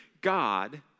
God